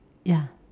ya